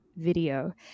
video